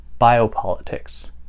biopolitics